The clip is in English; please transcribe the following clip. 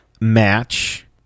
match